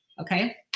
okay